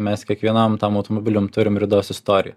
mes kiekvienam tam automobilium turim ridos istoriją